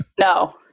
No